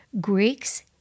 Greeks